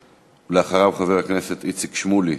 ואחריו, חבר הכנסת איציק שמולי.